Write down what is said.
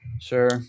Sure